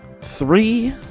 three